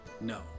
no